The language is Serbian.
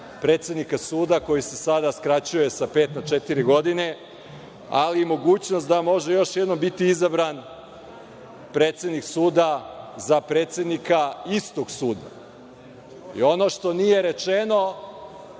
predsednika suda koji se sada skraćuje sa pet na četiri godine, ali i mogućnost da može još jednom biti izabran predsednik suda za predsednika istog suda.I ono što nije rečeno